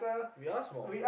we are small